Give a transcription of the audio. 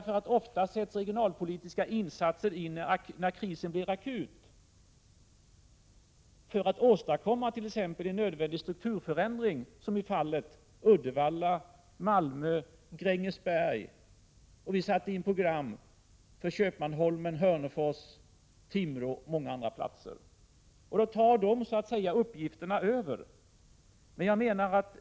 Regionalpolitiska insatser görs ju ofta när krisen blir akut för att åstadkomma t.ex. en nödvändig strukturförändring, som var fallet i Uddevalla, Malmö, Grängesberg, och när vi satte in program för Köpmanholmen, Hörnefors, Timrå och många andra platser. Dessa uppgifter tar då så att säga över.